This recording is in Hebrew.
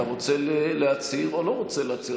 אתה רוצה להצהיר או לא רוצה להצהיר?